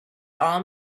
all